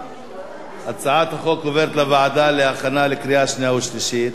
הצעת החוק עוברת לוועדה להכנה לקריאה שנייה ושלישית,